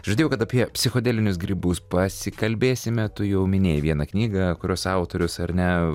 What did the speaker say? žadėjau kad apie psichodelinius grybus pasikalbėsime tu jau minėjai vieną knygą kurios autorius ar ne